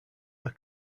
are